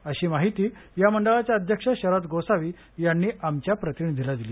अशी माहिती या मंडळाचे अध्यक्ष शरद गोसावी यांनी आमच्या प्रतिनिधीला दिली